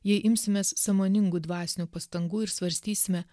jei imsimės sąmoningų dvasinių pastangų ir svarstysime